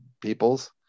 peoples